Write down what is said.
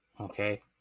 okay